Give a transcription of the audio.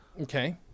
Okay